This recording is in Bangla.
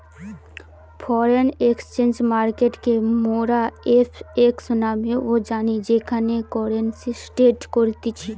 ফরেন এক্সচেঞ্জ মার্কেটকে মোরা এফ.এক্স নামেও জানি যেখানে কারেন্সি ট্রেড করতিছে